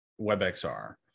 WebXR